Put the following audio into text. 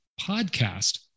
podcast